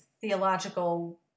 theological